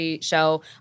show